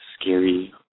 scary